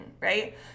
right